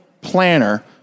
planner